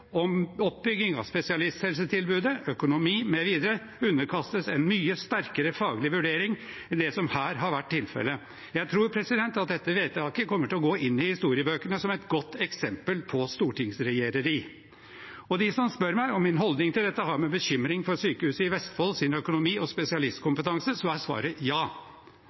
oppbygging av spesialisthelsetilbudet, økonomi mv., underkastes en mye sterkere faglig vurdering enn det som her har vært tilfellet. Jeg tror dette vedtaket kommer til å gå inn i historiebøkene som et godt eksempel på stortingsregjereri. Til dem som spør meg om min holdning til dette har med bekymring for Sykehuset i Vestfolds økonomi og spesialistkompetanse å gjøre: Svaret er ja.